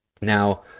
Now